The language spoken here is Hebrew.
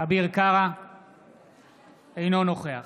אינו נוכח